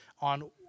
on